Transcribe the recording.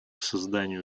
созданию